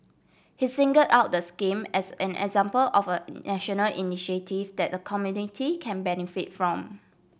he single out the scheme as an example of a national initiative that the community can benefit from